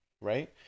Right